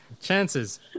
chances